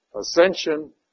ascension